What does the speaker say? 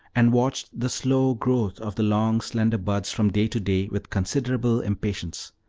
and watched the slow growth of the long, slender buds from day to day with considerable impatience.